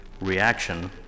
reaction